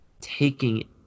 taking